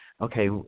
Okay